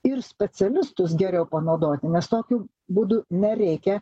ir specialistus geriau panaudoti nes tokiu būdu nereikia